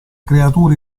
creatura